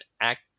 act